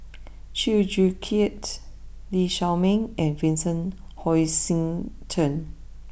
Chew Joo Chiat Lee Shao Meng and Vincent Hoisington